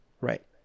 right